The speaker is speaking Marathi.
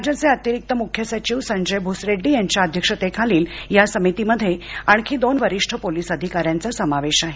राज्याचे अतिरिक्त मुख्य सचिव संजय भूसरेड्डी यांच्या अध्यक्षतेखालील या समितीमध्ये आणखी दोन वरिष्ठ पोलीस अधिकाऱ्यांचा समावेश आहे